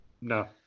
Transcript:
No